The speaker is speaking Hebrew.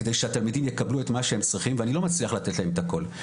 כדי שהתלמידים יקבלו את מה שהם צריכים ואני לא מצליח לתת להם את הכול,